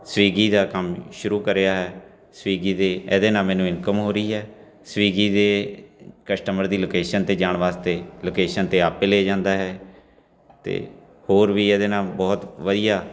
Swiggy ਦਾ ਕੰਮ ਸ਼ੁਰੂ ਕਰਿਆ ਹੈ ਸਵਿਗੀ ਦੀ ਇਹਦੇ ਨਾਲ ਮੈਨੂੰ ਇਨਕਮ ਹੋ ਰਹੀ ਹੈ ਸਵਿਗੀ ਦੇ ਕਸਟਮਰ ਦੀ ਲੋਕੇਸ਼ਨ 'ਤੇ ਜਾਣ ਵਾਸਤੇ ਲੋਕੇਸ਼ਨ 'ਤੇ ਆਪੇ ਲੇੈ ਜਾਂਦਾ ਹੈ ਅਤੇ ਹੋਰ ਵੀ ਇਹਦੇ ਨਾਲ ਬਹੁਤ ਵਧੀਆ